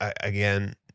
again